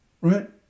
right